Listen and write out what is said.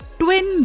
twin